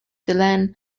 delenn